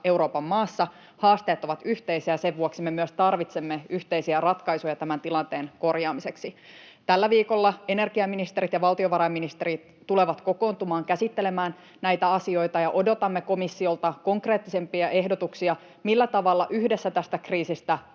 Euroopan maassa. Haasteet ovat yhteisiä, ja sen vuoksi me tarvitsemme myös yhteisiä ratkaisuja tämän tilanteen korjaamiseksi. Tällä viikolla energiaministerit ja valtiovarainministerit tulevat kokoontumaan, käsittelemään näitä asioita, ja odotamme komissiolta konkreettisempia ehdotuksia, millä tavalla yhdessä tästä kriisistä